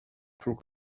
through